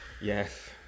yes